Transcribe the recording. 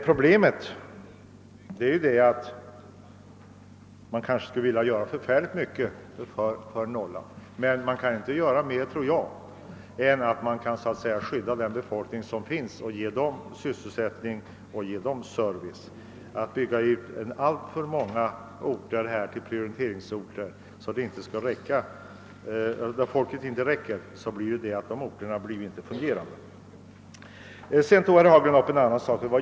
Problemet är att man skulle vilja göra mycket mer för Norrland, men man kan inte göra mer än att skydda den befolkning som finns och ge den sysselsättning och service. Bygger man ut alltför många orter till prioriteringsorter, så att befolkningen inte räcker till, kan de orterna inte fungera som servicecentra.